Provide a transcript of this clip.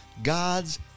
God's